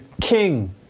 king